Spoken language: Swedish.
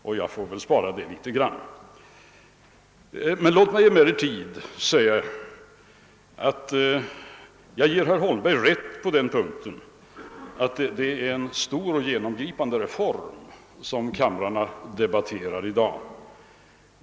Jag får väl därför spara det litet grand. Låt mig emellertid säga att jag ger herr Holmberg rätt i att det är en stor och genomgripande reform som kammaren debatterar i dag.